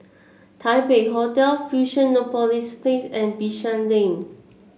Taipei Hotel Fusionopolis Place and Bishan Lane